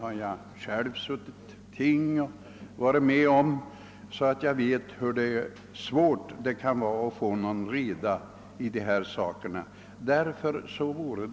Jag har själv suttit med vid tinget och upplevt hur svårt det kan vara att få reda i sådana ärenden.